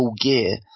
Gear